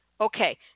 Okay